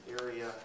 Area